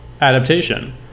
adaptation